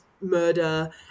murder